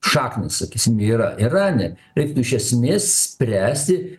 šaknys sakysim yra irane reiktų iš esmės spręsti